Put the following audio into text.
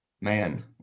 man